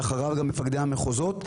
ואחריו גם מפקדי המחוזות,